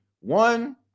one